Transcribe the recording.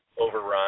overrun